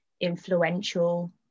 influential